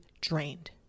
drained